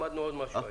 למדנו עוד משהו היום.